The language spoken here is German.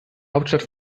hauptstadt